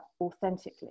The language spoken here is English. authentically